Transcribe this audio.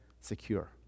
secure